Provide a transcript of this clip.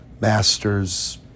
master's